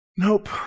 Nope